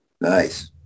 Nice